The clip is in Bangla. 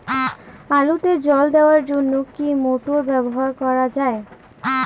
আলুতে জল দেওয়ার জন্য কি মোটর ব্যবহার করা যায়?